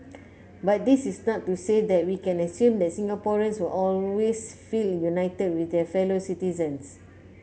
but this is not to say that we can assume that Singaporeans will always feel united with their fellow citizens